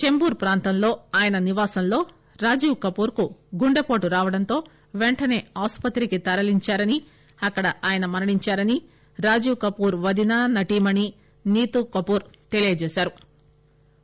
చెంటూరు ప్రాంతంలో ఆయన నివాసంలో రాజీవ్ కపూర్ కు గుండెపోటు రావడంతో వెంటనే ఆస్పత్రికి తరలిందారని అక్కడ ఆయన మరణించారని రాజీవ్ కపూర్ వదిన నటీమణి నీతూ కపూర్ తెలియజేశారు